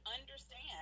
understand